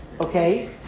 Okay